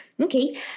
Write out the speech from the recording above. okay